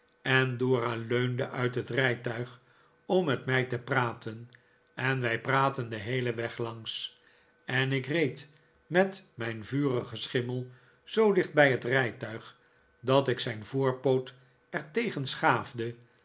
en dora leunde uit het rijtuig om met mij te praten en wij praatten den heelen weg langs en ik reed met mijn vurigen schimmel zoo dicht bij het rijtuig dat ik zijn voorpoot er tegen schaafde